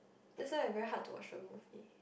that's why I very hard to watch a movie